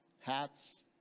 hats